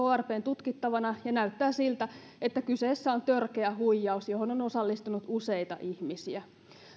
on krpn tutkittavana ja näyttää siltä että kyseessä on törkeä huijaus johon on osallistunut useita ihmisiä